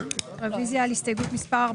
הרוויזיה לא אושרה.